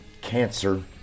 cancer